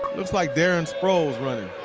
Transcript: looks like darren sproles running.